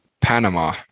Panama